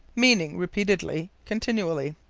meaning repeatedly, continually.